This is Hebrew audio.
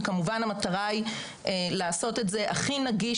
וכמובן המטרה היא לעשות את זה הכי נגיש